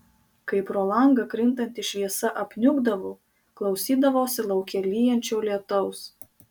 kai pro langą krintanti šviesa apniukdavo klausydavosi lauke lyjančio lietaus